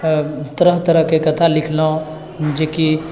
तरह तरहके कथा लिखलहुँ जेकि